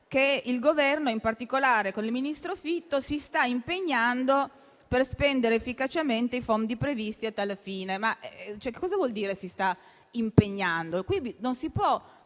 che il Governo, in particolare con il ministro Fitto, si sta impegnando per spendere efficacemente i fondi previsti a tal fine. Ma cosa vuol dire che si sta impegnando? Non si può